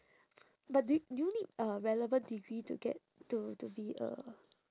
but do you do you need a relevant degree to get to to be a